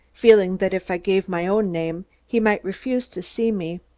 feeling that if i gave my own name, he might refuse to see me.